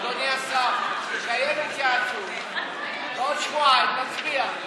אדוני השר, תקיים התייעצות, בעוד שבועיים נצביע.